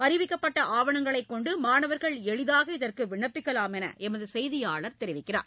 அறிவிக்கப்பட்ட ஆவணங்களை கொண்டு மாணவா்கள் எளிதாக இதற்கு விண்ணப்பிக்கலாம் என்று எமது செய்தியாளர் தெரிவிக்கிறார்